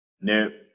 No